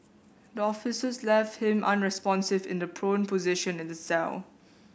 the officers left him unresponsive in the prone position in the cell